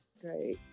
Great